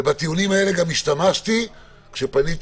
ובטיעונים האלה גם השתמשתי כשפניתי